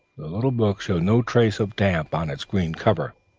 little book showed no trace of damp on its green cover.